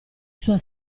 sua